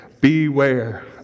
beware